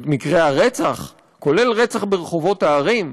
את מקרי הרצח, כולל רצח ברחובות הערים.